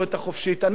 אנחנו הצענו,